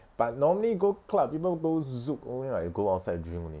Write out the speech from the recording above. but normally go club people go zouk only right go outside drink only